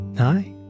Hi